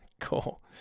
cool